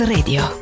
Radio